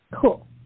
Cool